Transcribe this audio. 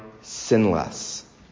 sinless